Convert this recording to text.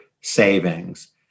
savings